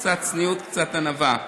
קצת צניעות, קצת ענווה.